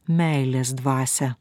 meilės dvasią